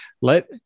let